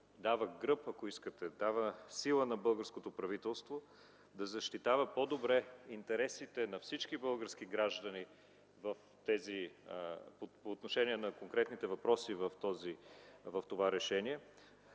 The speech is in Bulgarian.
дава гръб, дава сила на българското правителство да защитава по-добре интересите на всички български граждани по отношение на конкретните въпроси в това проекторешение,